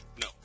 No